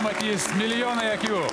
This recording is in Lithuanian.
matys milijonai akių